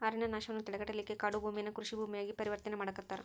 ಅರಣ್ಯನಾಶವನ್ನ ತಡೆಗಟ್ಟಲಿಕ್ಕೆ ಕಾಡುಭೂಮಿಯನ್ನ ಕೃಷಿ ಭೂಮಿಯಾಗಿ ಪರಿವರ್ತನೆ ಮಾಡಾಕತ್ತಾರ